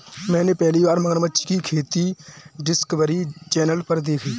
मैंने पहली बार मगरमच्छ की खेती डिस्कवरी चैनल पर देखी